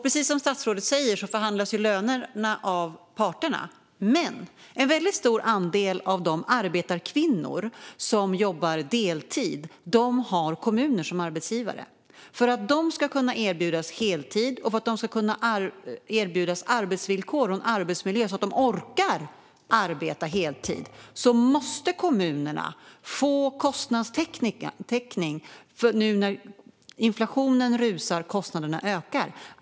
Precis som statsrådet säger förhandlas lönerna av parterna. Men en stor andel av de arbetarkvinnor som jobbar deltid har kommuner som arbetsgivare. För att de ska kunna erbjudas heltid och arbetsvillkor och en arbetsmiljö som gör att de orkar arbeta heltid måste kommunerna få kostnadstäckning nu när inflationen rusar och kostnaderna ökar.